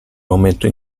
momento